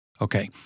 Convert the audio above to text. okay